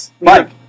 Mike